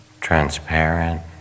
transparent